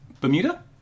Bermuda